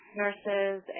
nurses